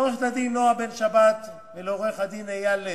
לעורכת-הדין נועה בן-שבת ולעורך-הדין אייל לב,